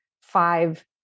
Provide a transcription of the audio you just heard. five